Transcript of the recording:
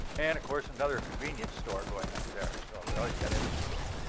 and of course, another convenience store going up there. so we always got to have a few of those.